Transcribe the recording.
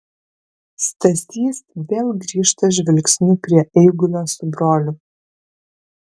stasys vėl grįžta žvilgsniu prie eigulio su broliu